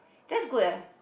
that's good eh